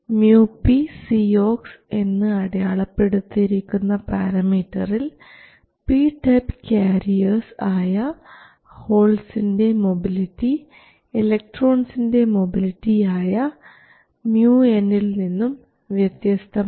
µpCox എന്ന് അടയാളപ്പെടുത്തിയിരിക്കുന്ന പാരമീറ്ററിൽ പി ടൈപ്പ് ക്യാരിയർസ് ആയ ഹോൾസിൻറെ മൊബിലിറ്റി ഇലക്ട്രോൺസിൻറെ മൊബിലിറ്റി ആയ µn നിന്നും വ്യത്യസ്തമാണ്